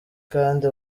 kdi